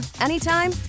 anytime